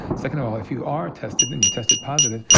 second of all, if you are tested and you tested positive,